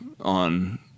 on